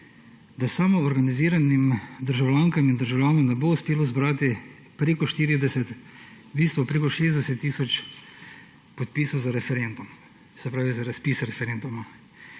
da samoorganiziranim državljankam in državljanom ne bo uspelo zbrati preko 40 oziroma preko 60 tisoč podpisov za referendum; se pravi za razpis referenduma.